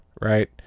right